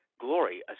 glory